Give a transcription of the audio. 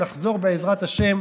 בעזרת השם,